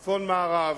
צפון-מערב,